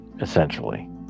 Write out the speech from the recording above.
essentially